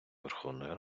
верховною